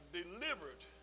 delivered